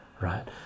right